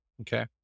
Okay